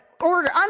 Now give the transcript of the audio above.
order